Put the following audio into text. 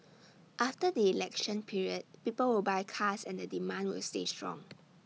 after the election period people will buy cars and the demand will stay strong